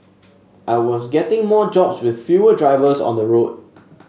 I was getting more jobs with fewer drivers on the road